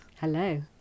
hello